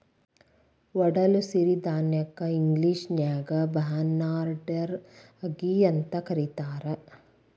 ಒಡಲು ಸಿರಿಧಾನ್ಯಕ್ಕ ಇಂಗ್ಲೇಷನ್ಯಾಗ ಬಾರ್ನ್ಯಾರ್ಡ್ ರಾಗಿ ಅಂತ ಕರೇತಾರ